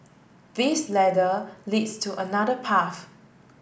this ladder leads to another path